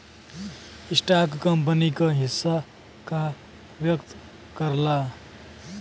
stock company क हिस्सा का व्यक्त करला